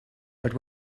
but